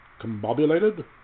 ...combobulated